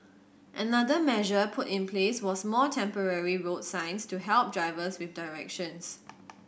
another measure put in place was more temporary road signs to help drivers with directions